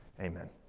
amen